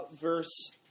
Verse